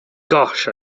gosh